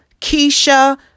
Keisha